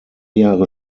jahre